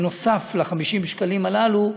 נוסף על 50 השקלים הללו,